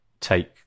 take